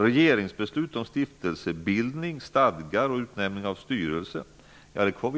Regeringsbeslut om stiftelsebildning, stadgar och utnämning av styrelse